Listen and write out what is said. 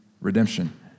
redemption